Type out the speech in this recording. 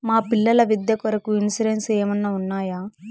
మా పిల్లల విద్య కొరకు ఇన్సూరెన్సు ఏమన్నా ఉన్నాయా?